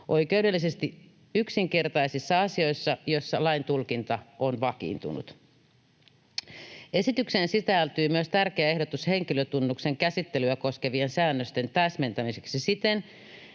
oikeudellisesti yksinkertaisissa asioissa, joissa lain tulkinta on vakiintunut. Esitykseen sisältyy myös tärkeä ehdotus henkilötunnuksen käsittelyä koskevien säännösten täsmentämiseksi siten,